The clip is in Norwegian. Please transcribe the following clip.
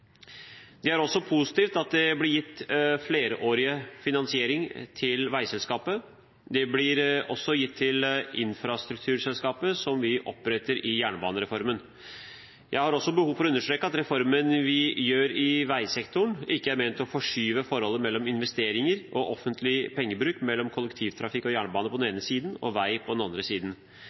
Det er også positivt at det blir gitt flerårig finansiering til veiselskapet. Det blir også gitt til infrastrukturselskap som vi oppretter i forbindelse med jernbanereformen. Jeg har også behov for å understreke at reformen vi gjør i veisektoren, ikke er ment å forskyve forholdet mellom investeringer og offentlig pengebruk mellom kollektivtrafikk og jernbane på den ene siden og vei på den andre siden.